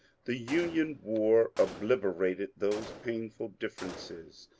the union war obliter ated those painful differences.